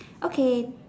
okay